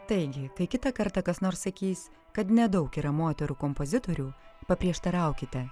taigi tai kitą kartą kas nors sakys kad nedaug yra moterų kompozitorių paprieštaraukite